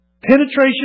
penetration